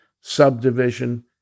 subdivision